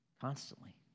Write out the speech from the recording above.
constantly